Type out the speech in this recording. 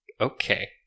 Okay